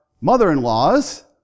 mother-in-laws